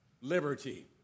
liberty